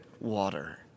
water